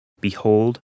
Behold